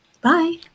Bye